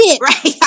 Right